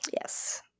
Yes